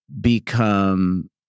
become